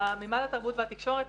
מימד התרבות והתקשורת,